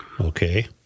Okay